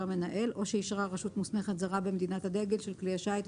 המנהל או שאישרה רשות מוסמכת זרה במדינת הדגל של כלי השיט,